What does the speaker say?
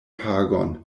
pagon